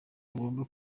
agomba